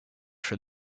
from